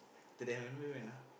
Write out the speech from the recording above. today where we went ah